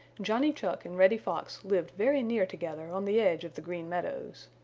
johnny chuck and reddy fox lived very near together on the edge of the green meadows.